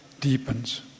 deepens